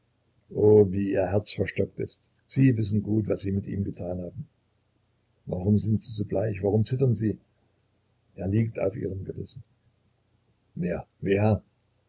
wie ihr herz verstockt ist sie wissen gut was sie mit ihm getan haben warum sind sie so bleich warum zittern sie er liegt auf ihrem gewissen wer wer